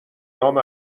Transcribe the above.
نام